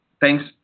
thanks